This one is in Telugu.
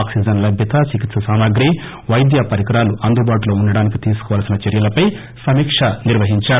ఆక్సిజన్ లభ్యత చికిత్ప సామాగ్రి పైద్యపరికరాలు అందుబాటులో వుంచడానికి తీసుకోవల్సిన చర్యలపై సమీక్ష నిర్వహించారు